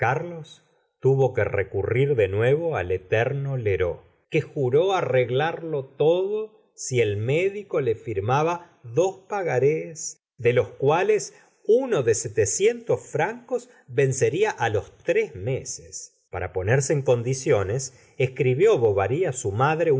carlos tuvo que recurrir de nuevo al eterno lheureux que juró arreglarlo todo si el médico le firmaba dos pagarés de los cuales uno de setecientos francos vencería á los tres meses para ponerse en condiciones escribió bovary á su madre